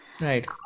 Right